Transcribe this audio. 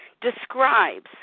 describes